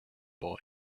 boy